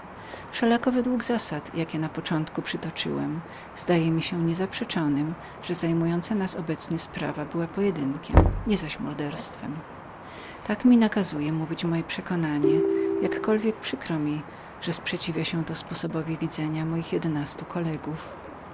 wszelako według zasad jakie na początku przytoczyłem zdaje mi się niezaprzeczonem że zajmująca nas obecnie sprawa była pojedynkiem nie zaś morderstwem tak mi nakazuje mówić moje przekonanie jakkolwiek przykro mi że takowe sprzeciwia się sposobowi widzenia moich jedenastu kollegów